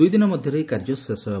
ଦୁଇଦିନ ମଧ୍ଧରେ ଏହି କାର୍ଯ୍ୟ ଶେଷ ହେବ